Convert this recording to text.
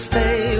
Stay